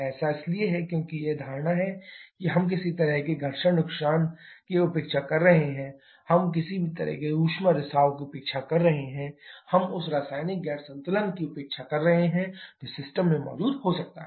ऐसा इसलिए है क्योंकि यह धारणा है कि हम किसी भी तरह के घर्षण नुकसान की उपेक्षा कर रहे हैं हम किसी भी तरह के ऊष्मा रिसाव की उपेक्षा कर रहे हैं हम उस रासायनिक गैर संतुलन की उपेक्षा कर रहे हैं जो सिस्टम में मौजूद हो सकता है